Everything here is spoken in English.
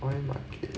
oil market